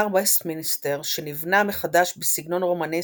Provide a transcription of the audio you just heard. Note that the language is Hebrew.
וסטמינסטר, שנבנה מחדש בסגנון רומנסקי,